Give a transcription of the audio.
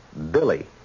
Billy